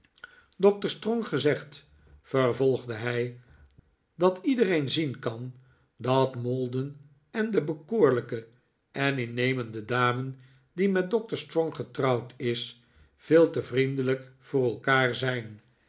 doctor strong gezegd vervolgde hij dat iedereen zien kan dat maldon en de bekoorlijke en innemende dame die met doctor strong getrouwd is veel te vriendelijk voor elkaar zijn